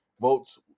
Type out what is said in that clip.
votes